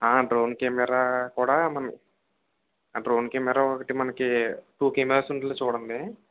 drone camera కూడ మనకి drone camera ఒకటి మనకి టూ కెమెరాస్ ఉండేలా చూడండి